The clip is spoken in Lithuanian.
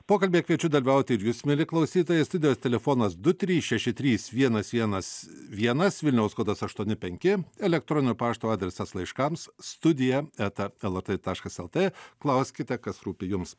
pokalbyje kviečiu dalyvauti ir jus mieli klausytojai studijos telefonas du trys šeši trys vienas vienas vienas vilniaus kodas aštuoni penki elektroninio pašto adresas laiškams studija eta lrt taškas lt klauskite kas rūpi jums